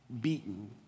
beaten